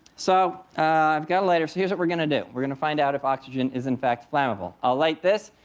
so i've got a lighter, so here's what we're going to do. we're going to find out if oxygen is, in fact, flammable. i'll light this.